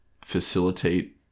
facilitate